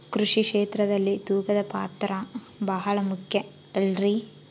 ಕೃಷಿ ಕ್ಷೇತ್ರದಲ್ಲಿ ತೂಕದ ಪಾತ್ರ ಬಹಳ ಮುಖ್ಯ ಅಲ್ರಿ?